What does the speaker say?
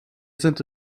sind